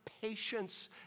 patience